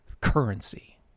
currency